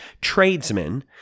tradesmen